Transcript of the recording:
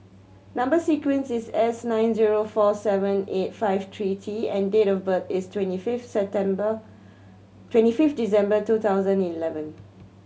number sequence is S nine zero four seven eight five three T and date of birth is twenty fifth September twenty fifth December two thousand eleven